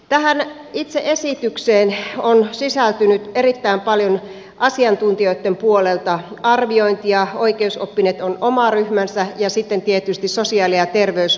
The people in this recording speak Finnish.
tähän itse esitykseen on sisältynyt erittäin paljon asiantuntijoitten puolelta arviointia oikeusoppineet ovat oma ryhmänsä ja sitten tietysti sosiaali ja terveyspalveluitten asiantuntijat